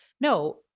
No